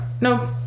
No